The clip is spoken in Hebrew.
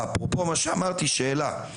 אפרופו מה שאמרתי, יש לי שאלה.